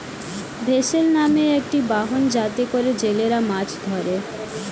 vessel মানে একটি বাহন যাতে করে জেলেরা মাছ ধরে